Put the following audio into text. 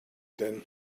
denn